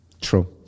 true